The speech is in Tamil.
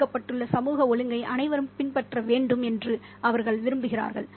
வைக்கப்பட்டுள்ள சமூக ஒழுங்கை அனைவரும் பின்பற்ற வேண்டும் என்று அவர்கள் விரும்புகிறார்கள்